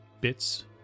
bits